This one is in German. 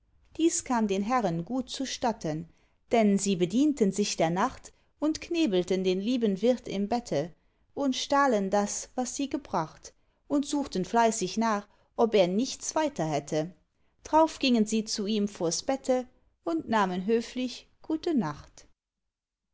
dies kam den herren gut zustatten denn sie bedienten sich der nacht und knebelten den lieben wirt im bette und stahlen das was sie gebracht und suchten fleißig nach ob er nichts weiter hätte drauf gingen sie zu ihm vors bette und nahmen höflich gute nacht